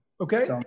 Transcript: Okay